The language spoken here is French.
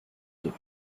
deux